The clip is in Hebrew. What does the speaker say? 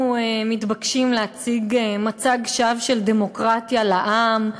מתבקשים להציג מצג שווא של דמוקרטיה לעם.